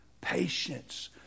Patience